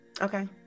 okay